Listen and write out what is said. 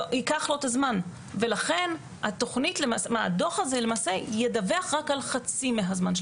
זה ייקח לו זמן ולכן הדוח הזה למעשה ידווח רק על חצי מהזמן של